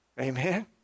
Amen